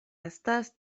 estas